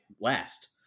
last